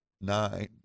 nine